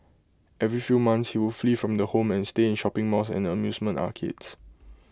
every few months he would flee from the home and stay in shopping malls and amusement arcades